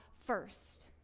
first